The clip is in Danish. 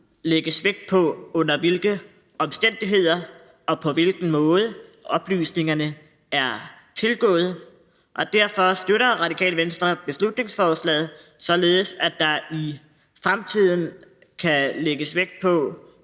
lægges vægt på, under hvilke omstændigheder og på hvilken måde man har tilgået oplysningerne, og derfor støtter Radikale Venstre beslutningsforslaget, således at der i fremtiden kan lægges vægt på,